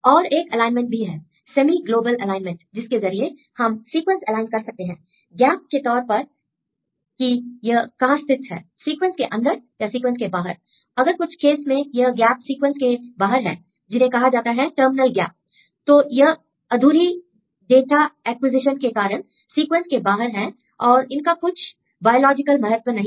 और एक एलाइनमेंट भी है सेमी ग्लोबल एलाइनमेंट जिसके जरिए हम सीक्वेंस एलाइन कर सकते हैं गैप के तौर पर कि यह कहां स्थित हैं सीक्वेंस के अंदर या सीक्वेंस के बाहर अगर कुछ केस में यह गैप सीक्वेंस के बाहर हैं जिन्हें कहा जाता है टर्मिनल गैप तो यह अधूरी डाटा एक्विजिशन के कारण सीक्वेंस के बाहर हैं और इनका कुछ बायोलॉजिकल महत्व नहीं है